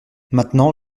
maintenant